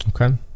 Okay